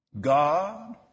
God